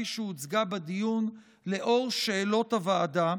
כפי שהוצגה בדיון לאור שאלות הוועדה,